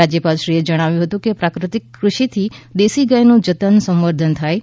રાજ્યપાલશ્રીએ જણાવ્યું હતું કે પ્રાકૃતિક કૃષિથી દેશી ગાયનું જતન સંવર્ધન થાય છે